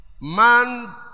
man